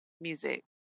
music